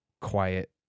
quiet